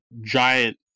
giant